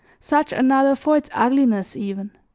such another for its ugliness even,